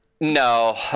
No